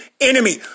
enemy